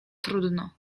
trudno